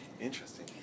interesting